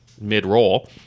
mid-roll